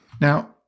Now